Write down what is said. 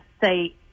say